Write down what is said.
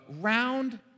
round